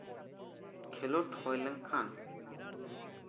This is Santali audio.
ᱠᱷᱮᱞᱳᱰ ᱦᱳᱭ ᱞᱮᱱᱠᱷᱟᱱ